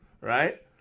Right